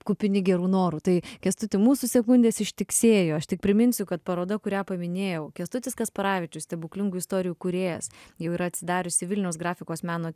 kupini gerų norų tai kęstuti mūsų sekundės ištiksėjo aš tik priminsiu kad paroda kurią paminėjau kęstutis kasparavičius stebuklingų istorijų kūrėjas jau yra atsidariusi vilniaus grafikos meno